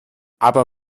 aber